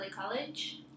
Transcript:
College